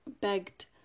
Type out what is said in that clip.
begged